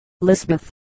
Lisbeth